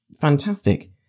fantastic